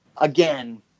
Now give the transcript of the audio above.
again